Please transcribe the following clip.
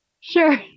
sure